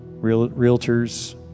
realtors